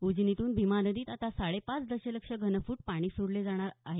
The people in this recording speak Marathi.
उजनीतून भीमा नदीत आता साडेपाच दसलक्ष घनफूट पाणी सोडले जाणार आहे